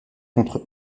contre